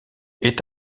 est